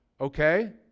Okay